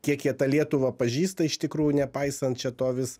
kiek jie tą lietuvą pažįsta iš tikrųjų nepaisant čia to vis